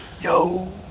Yo